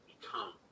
become